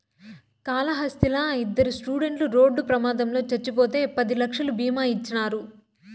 కాళహస్తిలా ఇద్దరు స్టూడెంట్లు రోడ్డు ప్రమాదంలో చచ్చిపోతే పది లక్షలు బీమా ఇచ్చినారు